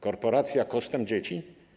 Korporacja kosztem dzieci?